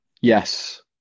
Yes